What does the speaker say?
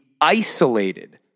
isolated